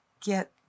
get